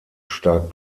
stark